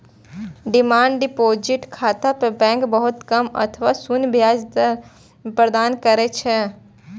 demand deposit खाता पर bank बहुत कम अथवा शून्य ब्याज दर प्रदान करै छै